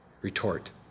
Retort